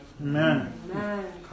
Amen